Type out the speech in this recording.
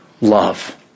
love